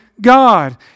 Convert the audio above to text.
God